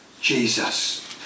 Jesus